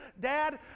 Dad